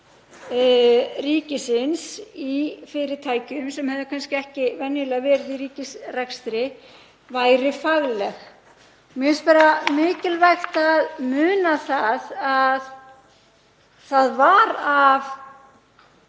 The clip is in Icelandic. ríkisins í fyrirtækjum sem höfðu kannski ekki venjulega verið í ríkisrekstri, væri fagleg. Mér finnst bara mikilvægt að muna að það var að